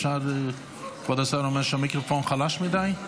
כבוד השר אומר שהמיקרופון חלש מדי.